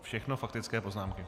Všechno faktické poznámky.